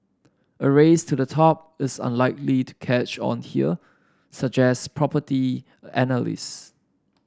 a race to the top is unlikely to catch on here suggest property analysts